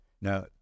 Now